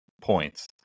points